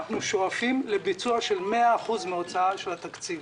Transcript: אנחנו שואפים לביצוע של 100% מן ההוצאה של התקציב.